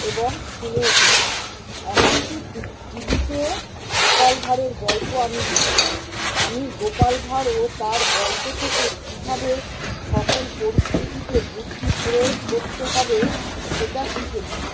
এবং শুনে এসেছি এমনকি টিভিতেও গোপাল ভাঁড়ের গল্প আমি দেখি আমি গোপাল ভাঁড় ও তার গল্প থেকে কীভাবে সকল পরিস্থিতিতে বুদ্ধি প্রয়োগ করতে হবে সেটা শিখেছি